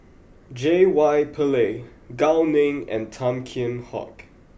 J Y Pillay Gao Ning and Tan Kheam Hock